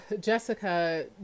Jessica